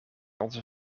onze